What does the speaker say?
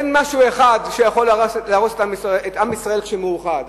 אין משהו אחד שיכול להרוס את עם ישראל כשהוא מאוחד.